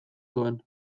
zuen